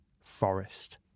Forest